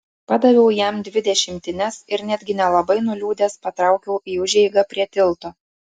padaviau jam dvi dešimtines ir netgi nelabai nuliūdęs patraukiau į užeigą prie tilto